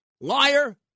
liar